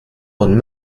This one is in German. man